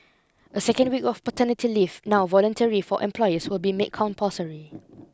a second week of paternity leave now voluntary for employers will be made compulsory